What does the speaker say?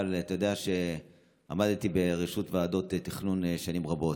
אבל אתה יודע שעמדתי בראשות ועדות תכנון שנים רבות.